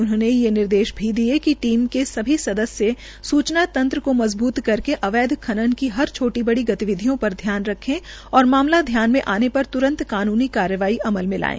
उन्होंने यह निर्देश भी दिये कि टीम के सभी सदस्य सूचना तंत्र को मजबूत करके अवैध खनन की हर छोटी बड़ी गतिविधियों र ध्यान रखें और मामला ध्यान में आने प्र त्रंत कानूनी कार्रवाही अमल में लाये